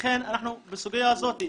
לכן אנחנו בסוגיה הזאת.